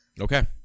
Okay